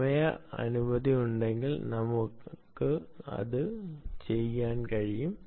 സമയ അനുമതി ഉണ്ടെങ്കിൽ നമുക്ക് അത് ചെയ്യാൻ കഴിയും